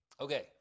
Okay